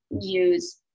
use